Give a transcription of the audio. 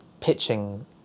pitching